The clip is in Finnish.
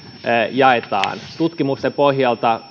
jaetaan tutkimusten pohjalta